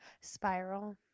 spiral